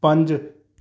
ਪੰਜ